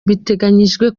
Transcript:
biteganyijwe